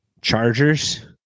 Chargers